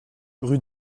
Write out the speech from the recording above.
rue